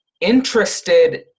interested